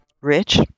Rich